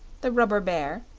the rubber bear,